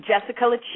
Jessica